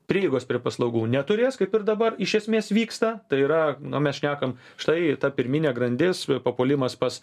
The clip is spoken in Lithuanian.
prieigos prie paslaugų neturės kaip ir dabar iš esmės vyksta tai yra nu mes šnekam štai ta pirminė grandis papuolimas pas